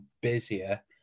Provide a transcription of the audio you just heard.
busier